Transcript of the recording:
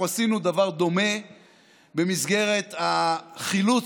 אנחנו עשינו דבר דומה במסגרת החילוץ